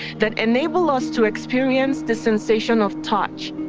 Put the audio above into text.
that enable us to experience the sensation of touch.